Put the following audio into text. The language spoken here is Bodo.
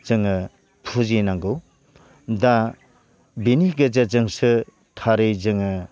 जोङो फुजिनांगौ दा बिनि गेजेरजोंसो थारै जोङो